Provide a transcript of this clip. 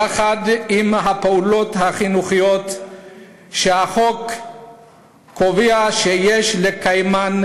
יחד עם הפעולות החינוכיות שהחוק קובע שיש לקיימן,